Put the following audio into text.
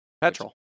Petrol